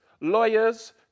lawyers